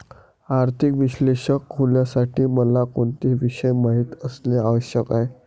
आर्थिक विश्लेषक होण्यासाठी मला कोणते विषय माहित असणे आवश्यक आहे?